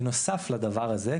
בנוסף לדבר הזה,